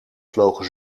vloog